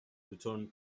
return